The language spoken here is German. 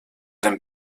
den